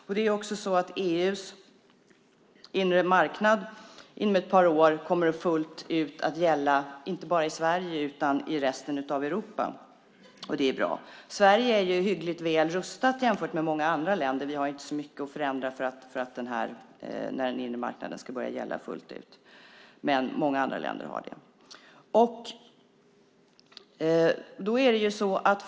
EU:s inre marknad kommer inom ett par år att gälla fullt ut inte bara i Sverige utan i resten av Europa. Det är bra. Sverige är ju hyggligt väl rustat jämfört med många andra länder. Vi har inte så mycket att förändra när den inre marknaden ska börja gälla fullt ut, men det har många andra länder.